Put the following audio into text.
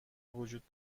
وجود